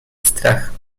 strach